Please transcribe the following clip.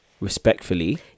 respectfully